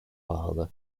pahalı